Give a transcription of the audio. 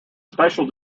special